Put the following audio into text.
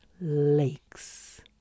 lakes